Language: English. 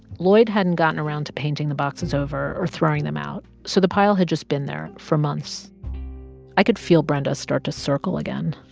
lloyd hadn't gotten around to painting the boxes over or throwing them out, so the pile had just been there for months i could feel brenda start to circle again